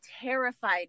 terrified